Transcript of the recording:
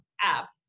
app